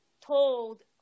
told